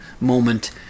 moment